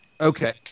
okay